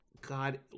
God